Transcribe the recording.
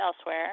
elsewhere